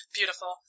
Beautiful